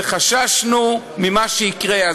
וחששנו ממה שיקרה.